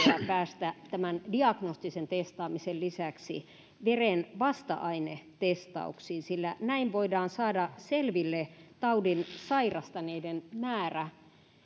päästä tämän diagnostisen testaamisen lisäksi myös veren vasta ainetestauksiin sillä näin voidaan saada selville taudin sairastaneiden määrä